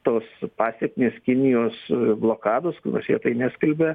tos pasekmės kinijos blokados nors jie tai neskelbia